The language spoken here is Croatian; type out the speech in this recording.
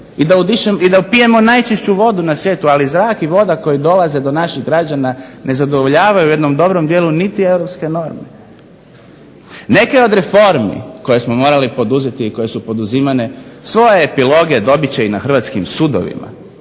i da pijemo najčišću vodu na svijetu ali zrak i voda koji dolaze do naših građana ne zadovoljavaju u jednom dobrom dijelu niti Europske norme. Neke od reformi koje smo morali poduzimati i koje su poduzimane svoje epiloge dobiti će na hrvatskim sudovima,